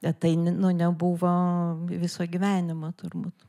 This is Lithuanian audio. bet tai n nu nebuvo viso gyvenimo turbūt